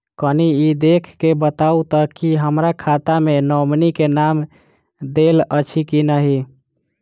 कनि ई देख कऽ बताऊ तऽ की हमरा खाता मे नॉमनी केँ नाम देल अछि की नहि?